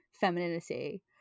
femininity